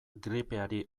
gripeari